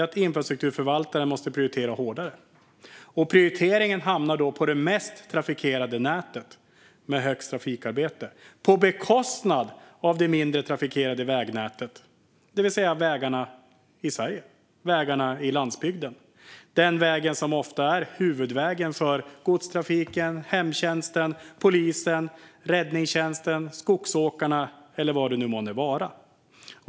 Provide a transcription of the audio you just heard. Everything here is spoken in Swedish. Jo, infrastrukturförvaltaren måste prioritera hårdare, och prioriteringen hamnar då på det mest trafikerade nätet med högst trafikarbete på bekostnad av det mindre trafikerade vägnätet, det vill säga vägarna på landsbygden i Sverige - de vägar som ofta är huvudvägar för godstrafiken, hemtjänsten, polisen, räddningstjänsten, skogsåkarna eller vad det nu må vara.